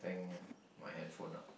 I think my handphone ah